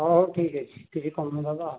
ହଉ ହଉ ଠିକ୍ ଅଛି କିଛି କମେଇଦେବା ଆଉ